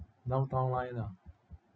downtown line ah